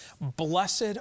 Blessed